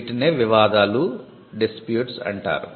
వీటినే వివాదాలు అంటారు